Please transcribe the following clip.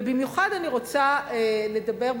במיוחד אני רוצה לדבר,